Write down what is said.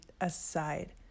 aside